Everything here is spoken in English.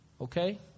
Okay